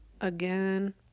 again